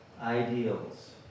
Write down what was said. ideals